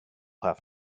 have